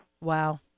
Wow